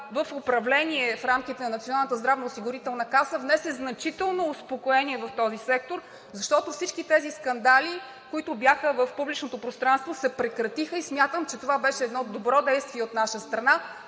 здравноосигурителна каса внесе значително успокоение в този сектор, защото всички тези скандали, които бяха в публичното пространство, се прекратиха и смятам, че това беше едно добро действие от наша страна.